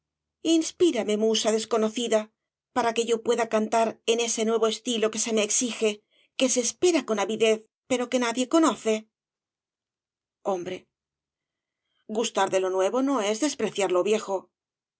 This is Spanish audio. castro rame musa desconocida para que yo pueda cantaren ese nuevo estilo que se me exige que se espera con avidez pero que nadie conoce hombre g u s t